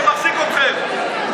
שמחזיק אתכם,